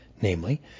namely